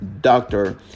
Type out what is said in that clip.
doctor